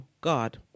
God